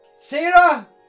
Sarah